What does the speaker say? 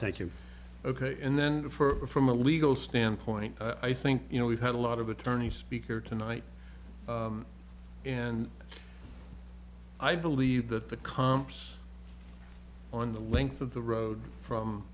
you ok and then for from a legal standpoint i think you know we've had a lot of attorney speaker tonight and i believe that the comps on the length of the road from